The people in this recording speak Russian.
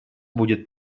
будет